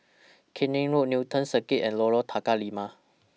Keene Road Newton Circus and Lorong Tukang Lima